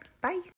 Bye